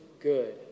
good